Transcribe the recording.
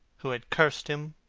who had cursed him,